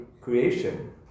creation